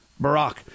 Barack